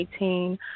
2018